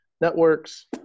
networks